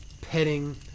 petting